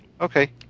Okay